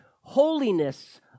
holiness